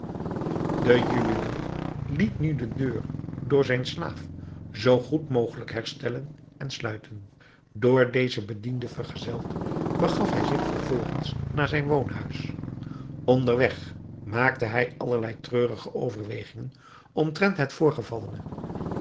de juwelier liet nu de deur door zijn slaaf zoo goed mogelijk herstellen en sluiten door dezen bediende vergezeld begaf hij zich vervolgens naar zijn woonhuis onder weg maakte hij allerlei treurige overwegingen omtrent het voorgevallene